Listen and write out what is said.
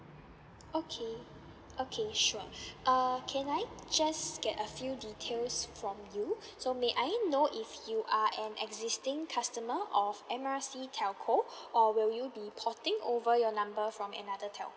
okay okay sure uh can I just get a few details from you so may I know if you are an existing customer of M R C telco or will you be porting over your number from another telco